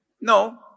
No